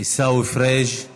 עיסאווי פריג';